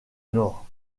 nord